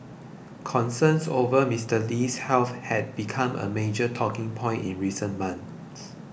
concerns over Mister Lee's health had become a major talking point in recent months